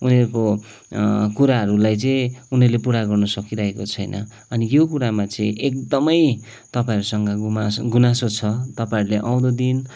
उनीहरूको कुराहरूलाई चाहिँ उनीहरूले पुरा गर्नु सकिरहेको छैन अनि यो कुरामा चाहिँ एकदमै तपाईँहरूसँग गुमासो गुनासो छ तपाईँहरूले आउँदो दिन